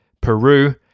Peru